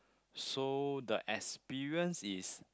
so the experience is